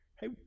hey